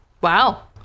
Wow